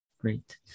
Great